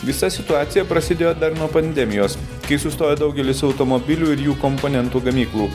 visa situacija prasidėjo dar nuo pandemijos kai sustojo daugelis automobilių ir jų komponentų gamyklų